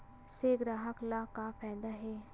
से ग्राहक ला का फ़ायदा हे?